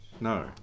No